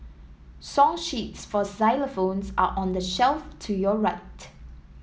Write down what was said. song sheets for xylophones are on the shelf to your right